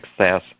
success